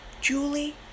Julie